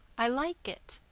i like it.